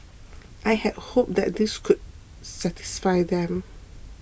I had hoped that this could satisfy them